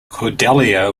cordelia